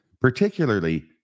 particularly